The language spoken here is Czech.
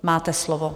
Máte slovo.